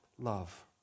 love